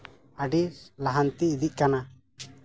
ᱟᱹᱰᱤ ᱞᱟᱦᱟᱱᱛᱤ ᱤᱫᱤᱜ ᱠᱟᱱᱟ